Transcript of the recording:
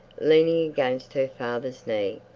leaning against her father's knee.